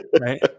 right